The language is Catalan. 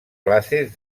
classes